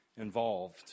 involved